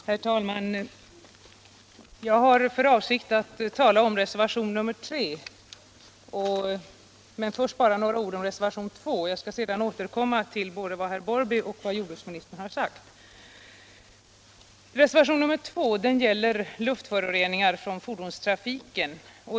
Herr talman! Jag har för avsikt att tala om reservationen 3 men först bara några ord om. reservationen 2. Jag skall sedan återkomma till vad både herr Larsson i Borrby och jordbruksministern har sagt. Reservationen 2 gäller luftföroreningarna från fordonstrafiken.